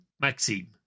Maxime